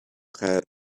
her